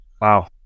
Wow